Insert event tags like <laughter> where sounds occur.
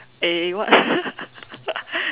eh what <laughs>